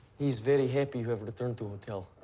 he's very happy you have returned to hotel.